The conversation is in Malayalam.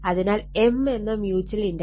അതിനാൽ M എന്ന മ്യൂച്ചൽ ഇൻഡക്റ്റൻസ് 0